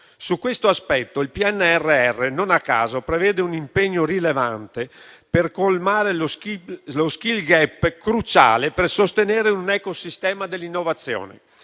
Su questo aspetto, il PNRR non a caso prevede un impegno rilevante per colmare lo *skill gap*, cruciale per sostenere un ecosistema dell'innovazione.